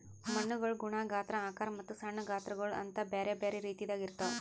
ಮಣ್ಣುಗೊಳ್ ಗುಣ, ಗಾತ್ರ, ಆಕಾರ ಮತ್ತ ಸಣ್ಣ ಗಾತ್ರಗೊಳ್ ಅಂತ್ ಬ್ಯಾರೆ ಬ್ಯಾರೆ ರೀತಿದಾಗ್ ಇರ್ತಾವ್